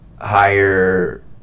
higher